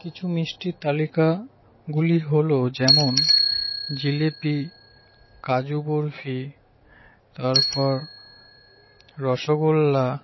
কিছু মিষ্টির তালিকাগুলি হলো যেমন জিলিপি কাজু বরফি তারপর রসগোল্লা